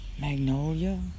magnolia